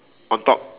on top